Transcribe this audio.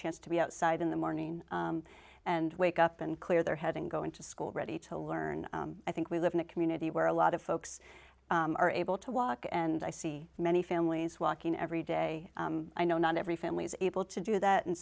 chance to be outside in the morning and wake up and clear their head and go into school ready to learn i think we live in a community where a lot of folks are able to walk and i see many families walking every day i know not every family's able to do that and